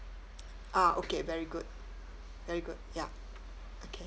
ah okay very good very good ya okay